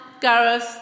Gareth